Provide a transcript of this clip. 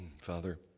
Father